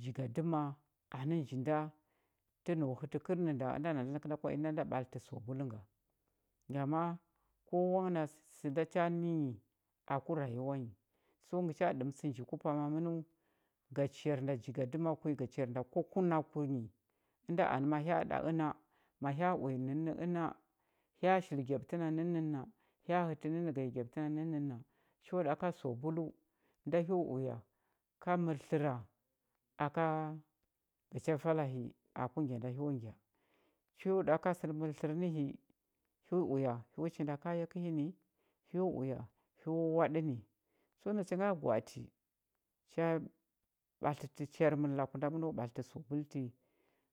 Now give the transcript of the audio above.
Jigadəma anə nji nda tə nau hətə kərnənda ənda nanda nəkənda kwa i nda ɓatlətə sabul nga ngama kowa ngə na sə cha nə nyi aku rayuwa nyi so ngə cha ɗəmtsə nji ku pama mənəu ga char nda jigadəma kunyi ga char nda kwakunakur nyi ənda anə ma hya ɗa əna ma hya uya nənnə əna hya shili gyaɓətə na nənna hya hətə nənnə ga yi gyaɓətə na nənna cho ɗa ka sabulu nda hyo uya ka mər tləra aka ga cha vala hi aku ngya nda hyo gya cho ɗa ka sər mər tlər nə hi hyo uya hyo chindi kaya kəhi ni hyo uya hyo waɗə ni so nacha nga gwa ati cha ɓatlətə char mən laku nda ɓatlətə sabul ti